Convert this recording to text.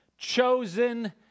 chosen